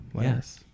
Yes